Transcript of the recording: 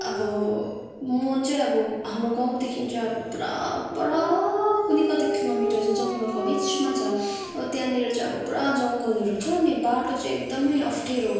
अब मुहान चाहिँ अब हाम्रो गाउँदेखि चाहिँ अब पुरा पर कुन्नि कति किलोमिटर चाहिँ जङ्गलको बिचमा छ हो त्यहाँनिर चाहिँ पुरा जङ्गलहरू छ अनि बाटो चाहिँ एकदमै अप्ठ्यारो